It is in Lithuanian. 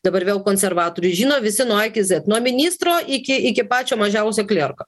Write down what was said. dabar vėl konservatorių žino visi nuo a iki zet nuo ministro iki iki pačio mažiausio klierko